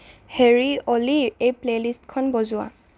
হেৰি অ'লি এই প্লেলিষ্টখন বজোৱা